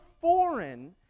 foreign